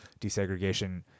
desegregation